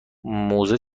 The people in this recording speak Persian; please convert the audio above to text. موزه